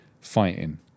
fighting